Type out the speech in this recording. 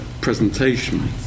presentation